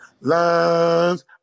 Lines